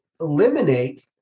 eliminate